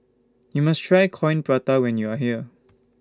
YOU must Try Coin Prata when YOU Are here